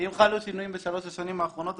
שינויים בשלוש השנים האחרונות,